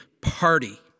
party